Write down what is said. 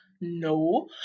No